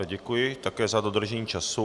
Děkuji také za dodržení času.